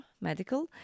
medical